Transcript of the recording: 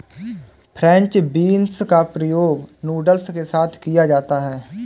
French beans का प्रयोग noodles के साथ किया जाता है